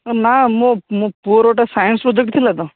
ନାଁ ମୋ ମୋ ପୁଅର ଗୋଟେ ସାଇନ୍ସ ପ୍ରୋଜେକ୍ଟ ଥିଲା ତ